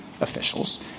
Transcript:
officials